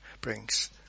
brings